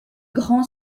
grand